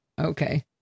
Okay